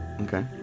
Okay